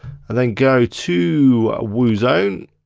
and then go to woozone.